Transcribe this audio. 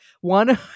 One